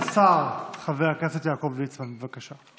השר חבר הכנסת יעקב ליצמן, בבקשה.